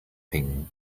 thing